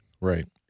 Right